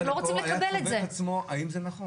אנחנו לא רוצים לקבל את זה אדם היה שואל את עצמו האם זה נכון,